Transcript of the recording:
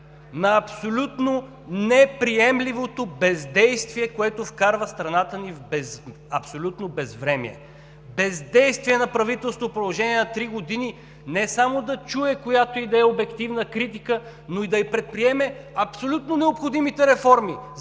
на абсолютно неприемливото бездействие, което вкарва страната в абсолютно безвремие; бездействието на правителството в продължение на три години; не само да чуе която и да е обективна критика, но и да предприеме абсолютно необходимите реформи,